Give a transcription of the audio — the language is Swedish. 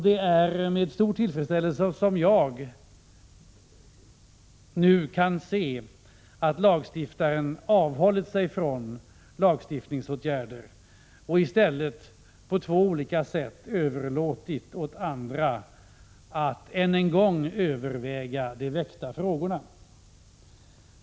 Det är med stor tillfredsställelse som jag nu kan se att lagstiftaren avhållit sig från lagstiftningsåtgärder och i stället på två olika sätt överlåtit åt andra att än en gång överväga de väckta frågorna.